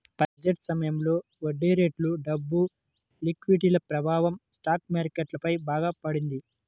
budget సమయంలో వడ్డీరేట్లు, డబ్బు లిక్విడిటీల ప్రభావం స్టాక్ మార్కెట్ పై బాగా పడింది